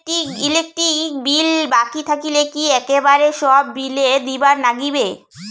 Electric bill বাকি থাকিলে কি একেবারে সব বিলে দিবার নাগিবে?